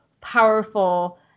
powerful